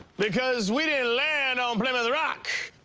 because we didn't land on plymouth rock.